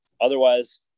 Otherwise